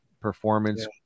performance